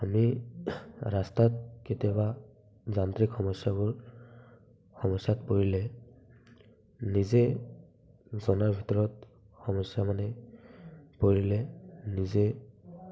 আমি ৰাস্তাত কেতিয়াবা যান্ত্ৰিক সমস্যাবোৰ সমস্যাত পৰিলে নিজে জনাৰ ভিতৰত সমস্যা মানে পৰিলে নিজে